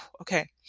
okay